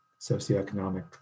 socioeconomic